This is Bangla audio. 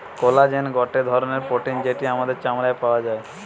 কোলাজেন গটে ধরণের প্রোটিন যেটি আমাদের চামড়ায় পাওয়া যায়